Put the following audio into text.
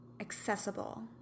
accessible